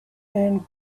and